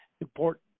important